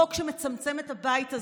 חוק שמצמצם את הבית הזה,